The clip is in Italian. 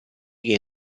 che